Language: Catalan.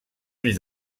ull